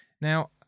Now